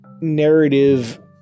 narrative